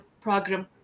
program